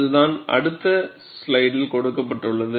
அதுதான் அடுத்த ஸ்லைடில் கொடுக்கப்பட்டுள்ளது